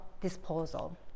disposal